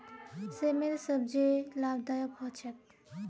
सेमेर सब्जी लाभदायक ह छेक